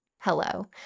hello